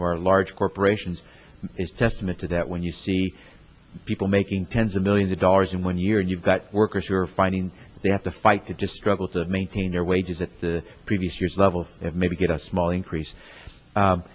of our large corporations is testament to that when you see people making tens of millions of dollars in one year and you've got workers who are finding they have to fight to destructive to maintain their wages at the previous year's level and maybe get a small increase